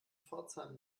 pforzheim